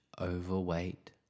overweight